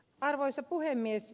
arvoisa puhemies